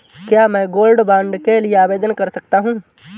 क्या मैं gold bond के लिए आवेदन कर सकता हूं?